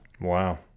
Wow